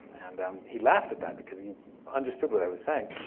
and um he laughed at that because he understood what i was saying.